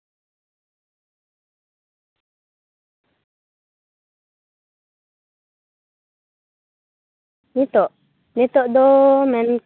ᱱᱤᱛᱚᱜ ᱱᱤᱛᱚᱜ ᱫᱚ ᱢᱮᱱ